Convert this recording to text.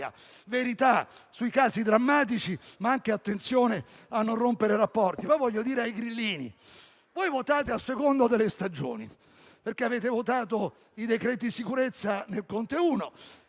Verità sui casi drammatici, ma anche attenzione a non rompere rapporti. Voglio poi dire ai grillini: voi votate a seconda delle stagioni. Avete votato i decreti sicurezza con il